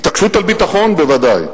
התעקשות על ביטחון בוודאי,